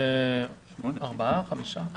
ארבעה-חמישה.